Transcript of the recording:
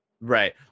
right